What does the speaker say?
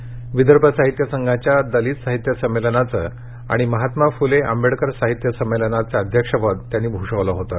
विदर्भ साहित्य संघाच्या दलित साहित्य संमेलनाचं आणि महात्मा फूले आंबेडकर साहित्य संमेलनाचं अध्यक्षपद त्यांनी भूषवलं होतं